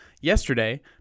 yesterday